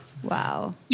Wow